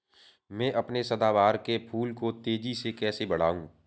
मैं अपने सदाबहार के फूल को तेजी से कैसे बढाऊं?